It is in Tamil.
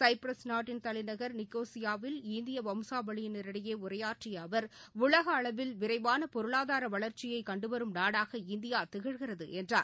சைப்ரஸ் நாட்டின் தலைநகர் நிக்கோசியாவில் இந்தியா வம்சாவளியினரிடையே உரையாற்றிய அவர் உலகளவில் விரைவான பொருளாதார வளர்ச்சியை கண்டுவரும் நாடாக இந்தியா திகழ்கிறது என்றார்